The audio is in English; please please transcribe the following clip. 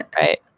Right